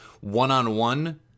one-on-one